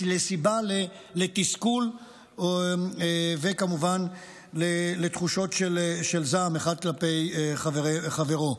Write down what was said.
לסיבה לתסכול וכמובן לתחושות של זעם אחד כלפי חברו.